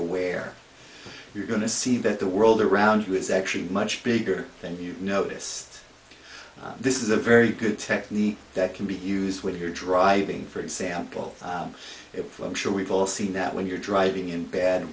aware you're going to see that the world around you is actually much bigger than you noticed this is a very good technique that can be used here driving for example if i'm sure we've all seen that when you're driving in bad